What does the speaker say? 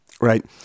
Right